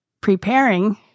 preparing